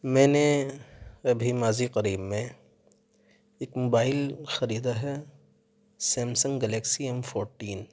میں نے ابھی ماضی قریب میں ایک موبائل خریدا ہے سیمسنگ گلیکسی ایم فورٹین